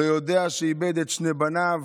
לא יודע שאיבד את שני בניו,